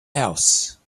else